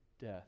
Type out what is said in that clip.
death